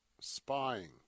spying